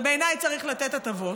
ובעיניי צריך לתת הטבות,